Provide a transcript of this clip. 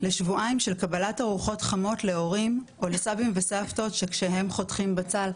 לשבועיים של קבלת ארוחות חמות להורים או לסבים וסבתות שכשהם חותכים בצל,